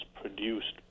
produced